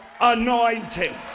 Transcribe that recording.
anointing